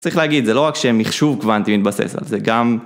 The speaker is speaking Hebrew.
צריך להגיד, זה לא רק שמחשוב קוונטי מתבסס על זה, גם...